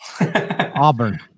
Auburn